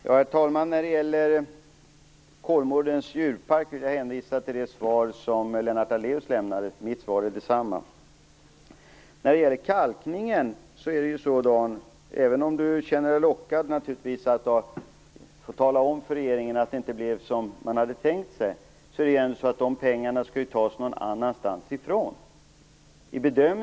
Herr talman! När det gäller Kolmårdens djurpark vill jag hänvisa till det svar som Lennart Daléus lämnade. Mitt svar är detsamma. När det gäller kalkningen är det på följande sätt, Dan Ericsson. Även om Dan Ericsson känner sig lockad att tala om för regeringen att det inte blev som man hade tänkt sig, skall ju pengarna tas någon annanstans ifrån.